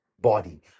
body